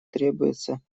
требуется